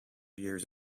years